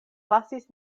lasis